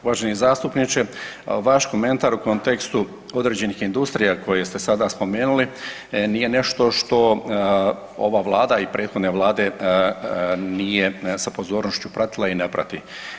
Uvaženi zastupniče, vaš komentar u kontekstu određenih industrija koje ste sada spomenuli nije nešto što ova Vlada i prethodne Vlade nije sa pozornošću pratila i ne prati.